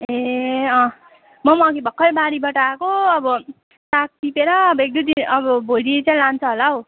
ए अँ म पनि अघि भर्खर बारीबाट आएको अब साग टिपेर अब एक दुइ दिन अब भोलि चाहिँ लान्छ होला हौ